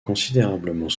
considérablement